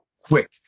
quick